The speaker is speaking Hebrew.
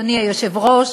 אדוני היושב-ראש,